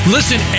Listen